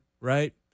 right